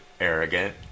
arrogant